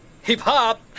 Hip-hop